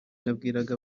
nabwiraga